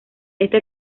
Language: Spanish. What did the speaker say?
esta